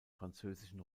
französischen